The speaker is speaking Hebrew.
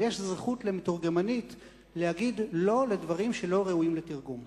אבל יש זכות למתורגמנית להגיד "לא" על דברים שלא ראויים לתרגום.